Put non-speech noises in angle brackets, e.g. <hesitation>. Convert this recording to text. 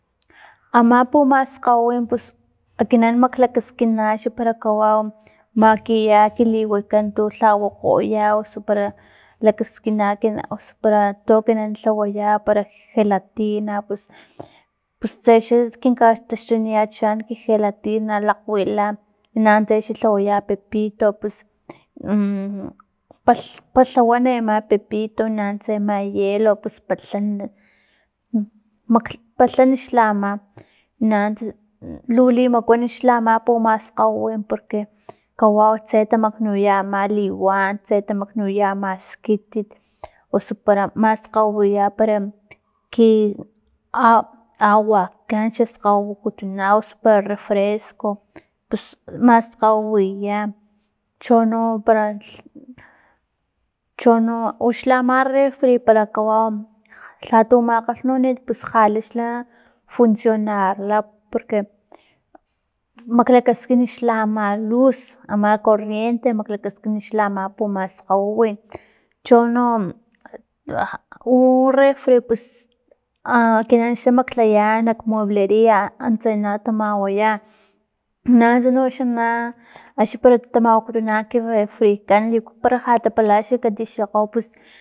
Ama pumaskgawiwin pus ekinan maklakaskina xa para kawau makiya kiliwatkan tu lha wokgoya osu para lakaskina- kina osu para tu ekin lhawaya para gelatina pus tsexa na taxtuniachaan ki gelatina lakgwila nanuntsa axni lhawaya pepito pus mmm palh palhawan ama pepito nanuntsa ama hielo pus palhan <unintelligible> palhan uxla ama nanunts lu limakuan xla ama pumaskgawiwin porque kawau tse tamaknuya ama liwan tse tamaknuya ama skitit osu para maskgawawiya para ki a- agua, kan para xa skgawiwi wakutuna para refresco pus maskgawiwiya chono para lha chono para u ama refri par kawau lhatu makgalhnunit pus lhala xla funcionarla porque maklakaskin ama luz, ama corriente, maklakaskin xla ama pumaskgawiwin chono <hesitation> refri pus <hesitation> akinan xa maklaya nak muebleria antsa na tamawaya nanuntsa no xa na axni para tamawakutuna ki refrikan liku para ja tapalaxla kati xokgo pus